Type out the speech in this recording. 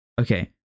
Okay